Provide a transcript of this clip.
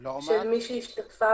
של מי שהשתתפה